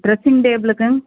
dressing டேபிளுக்கு